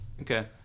Okay